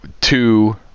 two